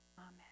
Amen